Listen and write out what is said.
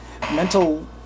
mental